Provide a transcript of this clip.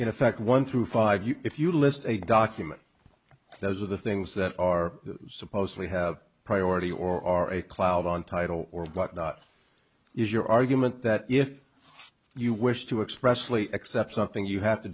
in effect one through five if you list a document those are the things that are supposedly have priority or are a cloud on title or but not is your argument that if you wish to express lee except something you have to